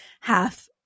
half